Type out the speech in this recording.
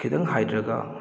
ꯈꯤꯇꯪ ꯍꯥꯏꯊꯔꯒ